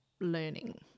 learning